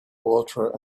water